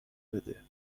بده